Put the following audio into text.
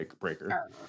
Breaker